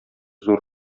зур